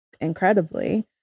incredibly